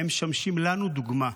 הם משמשים לנו דוגמה.